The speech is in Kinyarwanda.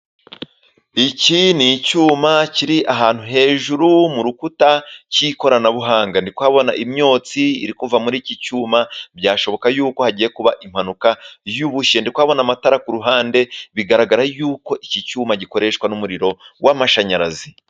Iki ni icyuma kiri ahantu hejuru mu rukuta, cy’ikoranabuhanga. Ndi kuhabona imyotsi iri kuva muri iki cyuma. Byashoboka y’uko hagiye kuba impanuka y’ubushye. Ndi kuhabona amatara ku ruhande, bigaragara y’uko iki cyuma gikoreshwa n’umuriro w’amashanyarazi.